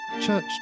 church